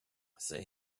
they